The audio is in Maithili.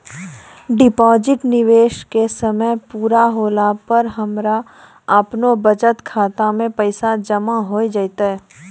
डिपॉजिट निवेश के समय पूरा होला पर हमरा आपनौ बचत खाता मे पैसा जमा होय जैतै?